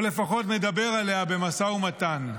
או לפחות מדבר עליה במשא ומתן.